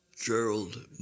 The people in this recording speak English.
Gerald